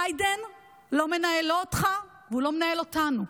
ביידן לא מנהל אותך, והוא לא מנהל אותנו.